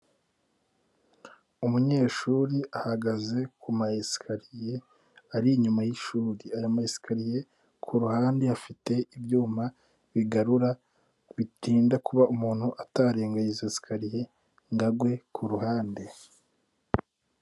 Umunyeshuri ahagaze kuma esikariye ari inyuma y'ishuri, aya ma esakariye ku ruhande afite ibyuma bigarura bitinda kuba umuntu atarenga izo esikariye ngo agwe kuruhande.